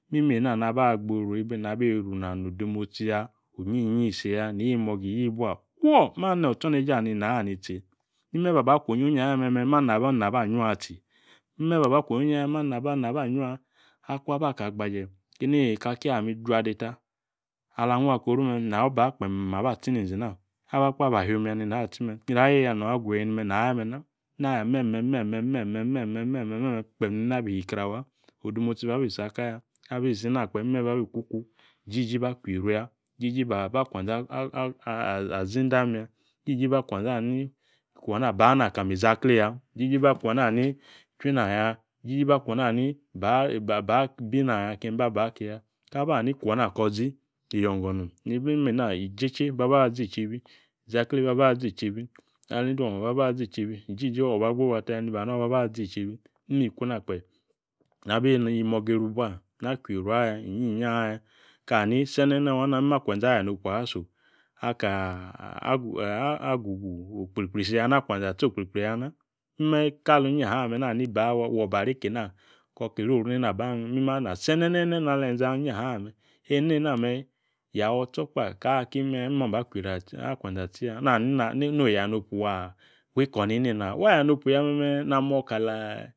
. Mime̱ eena naba gburubi nabi ina no odemotsi ya. Inyiyi isi ya ni imoga iyi ibua fuo, mano̱ o̱tso̱neje ani ina anitsi imme baba kwo onyioyinaya me̱me̱ ma ni naba ayo nina juatsi imme ba akwo onyioyi aya me̱ mani aba ayo nina ba jua. Akung aba aka gbaje kini kaka ame ijuadeta ala nua koru me̱ naba kpeem aba tsi ninzi na. Abakpa ba hihiom ya nena atsi me̱ kina yioye ya non agu ya e̱nime̱ na a̱me̱na Na ya me̱me̱ me̱me̱ me̱me̱ me̱me̱ me̱me̱ kpeem na bi kre awa odemotsi babi isi ka aya. Abi si na kpe mime babi kuku. Jiji ba kwieru ya jiji ba ba akwenze azi ndam ya ijiji ba akwanye anini kwana baa kali mizaklee ya jiji ba kwana ni chwi na ya, jini ba kwana ani baba bina ya keni baba kiya, kaba anib kwo̱ na ko̱ zi iyio̱ngo̱ nom. Nibi imme eena icheche baba azi echebi, izaklee baba azi echebi male endwo ma baba azi echebi jiji waa wo gbagba taya obaba zi echebi mime ikuna kpe nabi niniogo iru bua, na kwieru ya inyiyi aya kani senene wana imme akwa ze aya nopu aso aka agugu isi ya imme kali inyaha me nani ba wo obariki na koki iri oru ba him mime na senenene na li enze̱ ali inyaha enena me yayiotsi kpa kacki imme ya imme ba akwanze̱ atsi ya nano oya nopu wa wi ikoni nena wa yanopu ya me̱me̱ namo kala